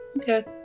Okay